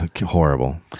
Horrible